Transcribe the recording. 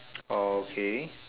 okay